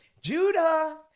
Judah